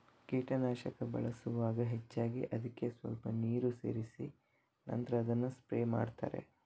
ಕೀಟನಾಶಕ ಬಳಸುವಾಗ ಹೆಚ್ಚಾಗಿ ಅದ್ಕೆ ಸ್ವಲ್ಪ ನೀರು ಸೇರಿಸಿ ನಂತ್ರ ಅದನ್ನ ಸ್ಪ್ರೇ ಮಾಡ್ತಾರೆ